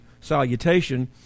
salutation